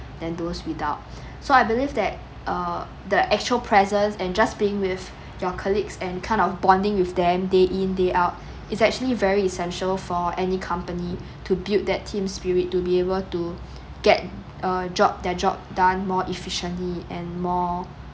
than those without so I believe that uh the actual presence and just being with your colleagues and kind of bonding with them day in day out it's actually very essential for any company to build that team spirit to be able to get uh job their job done more efficiently and more